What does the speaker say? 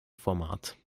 format